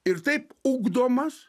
ir taip ugdomas